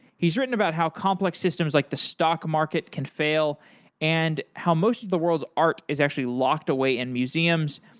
he's written about how complex systems like the stock market can fail and how most of the world's art is actually locked away in museums.